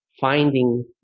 finding